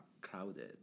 crowded